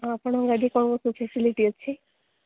ଆଉ ଆପଣଙ୍କ ଗାଡ଼ିରେ କ'ଣ କ'ଣ ସବୁ ଫେସିଲିଟି ଅଛି